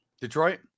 Detroit